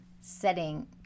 setting